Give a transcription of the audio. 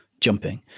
jumping